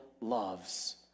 loves